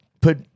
put